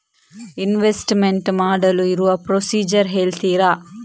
Investment ಮಾಡಲು ಇರುವ procedure ಹೇಳ್ತೀರಾ?